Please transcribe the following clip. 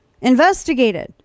investigated